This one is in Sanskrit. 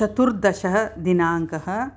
चतुर्दशः दिनाङ्कः